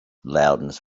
loudness